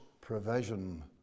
provision